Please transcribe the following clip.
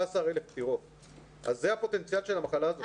16,000 פטירות, אז זה הפוטנציאל של המחלה הזאת.